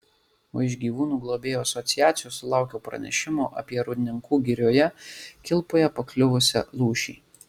o iš gyvūnų globėjų asociacijos sulaukiau pranešimo apie rūdninkų girioje kilpoje pakliuvusią lūšį